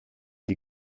die